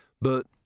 But